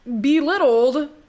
belittled